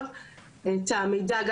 גם על הרישיון שלו,